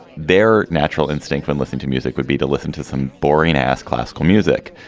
their natural instinct, when listening to music would be to listen to some boring ass classical music.